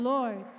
Lord